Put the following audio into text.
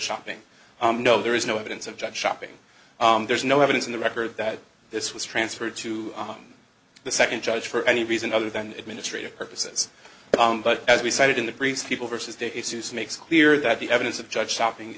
shopping no there is no evidence of judge shopping there's no evidence in the record that this was transferred to the second judge for any reason other than administrative purposes but as we cited in the briefs people versus the issues makes clear that the evidence of judge shopping